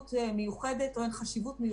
פקידות כזו ואחרת שטוענת יכול להיות מסיבותיה